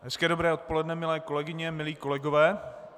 Hezké dobré odpoledne, milé kolegyně, milí kolegové.